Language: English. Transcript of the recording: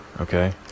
okay